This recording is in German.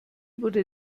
wurde